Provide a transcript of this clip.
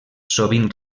sovint